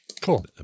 cool